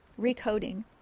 recoding